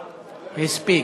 מספיק,